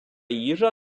їжа